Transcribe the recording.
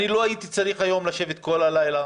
אני לא הייתי צריך היום לשבת כל הלילה,